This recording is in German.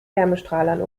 wärmestrahlern